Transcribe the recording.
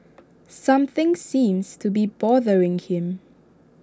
something seems to be bothering him